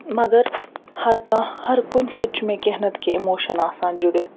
مگر ہر کانٛہہ ہر کُنہِ سۭتۍ چھُ مےٚ کیٚنٛہہ نَتہٕ کیٚنٛہہ اِموشن آسان جُڈتھ